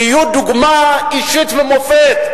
שיהיו דוגמה אישית ומופת?